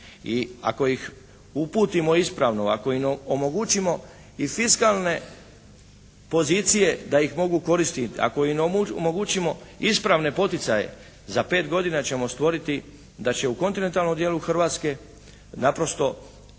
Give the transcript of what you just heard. ako ih uputimo ispravno, ako im omogućimo i fiskalne pozicije da ih mogu koristiti, ako im omogućimo ispravne poticaje za 5 godina ćemo stvoriti da će u kontinentalnoj dijelu Hrvatske naprosto